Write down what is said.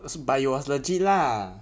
but it was legit lah